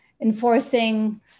enforcing